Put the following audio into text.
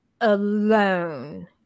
alone